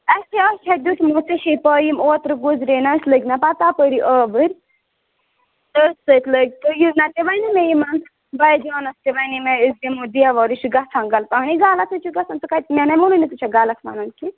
اَسہِ آسِہَا دیُتمُت ژےٚ چھے پاےٚ یِم اوترٕ گُزرے نہ أسۍ لٔگۍ نہ پَتہٕ تَپٲری آوٕرۍ تٔتھۍ سۭتۍ لٔگۍ تہٕ نہ تہِ وَنے مےٚ یِمَن بَاے جانَس تہِ وَنے مےٚ أسۍ دِمو دیوار یہِ چھُ گژھان غلط پانے غلط چھُ گژھان ژٕ کَتہِ مےٚ نہ ووٚنُے نہٕ ژےٚ چھا غلط وَنان کیٚنٛہہ